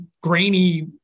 grainy